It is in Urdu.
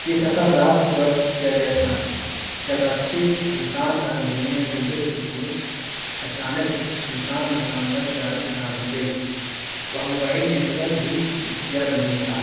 یہ سفر رات کے وقت کیا گیا تھا جب راستے سنسان اور اندھیرے میں ڈوبے ہوئے تھے اچانک ایک سنسان مقام پر گاڑی خراب ہو گئی وہ موبائل نیٹورک بھی دستیاب نہیں تھا